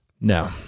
No